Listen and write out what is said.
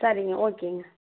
சரிங்க ஓகேங்க